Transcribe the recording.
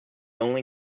only